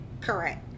Correct